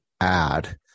add